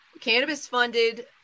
cannabis-funded